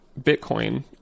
Bitcoin